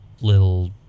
little